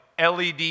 led